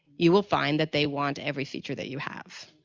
you will find that they want every feature that you have